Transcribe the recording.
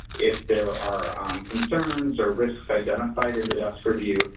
if there are concerns or risks identified in the desk review,